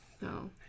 No